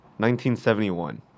1971